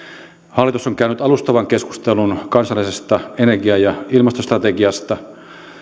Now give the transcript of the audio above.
hallitus on käynyt alustavan keskustelun kansallisesta energia ja ilmastostrategiasta